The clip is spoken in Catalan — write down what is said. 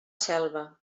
selva